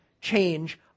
change